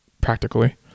practically